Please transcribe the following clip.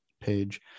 page